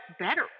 better